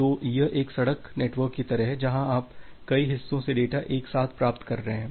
तो यह एक सड़क नेटवर्क की तरह है जहाँ आप कई हिस्सों से डेटा एक साथ प्राप्त कर रहे हैं